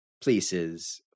places